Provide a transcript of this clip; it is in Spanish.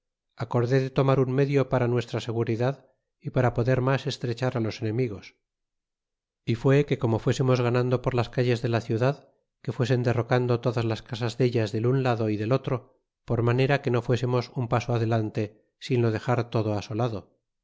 acorde de tomar un medio para nuestra seguridad y para poder mas estrechar á los enemigos y fue a que como fuesemos ganando por las calles de la ciudad que a fuesen derrocando todas las casas dellas del un lado y del otro a por manera que no fuesemos un paso adelante sin lo dexar todo asolado